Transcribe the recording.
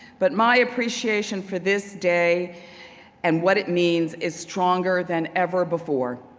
but my appreciation for this day and what it means is stronger than ever before.